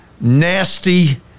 nasty